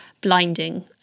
blinding